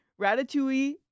Ratatouille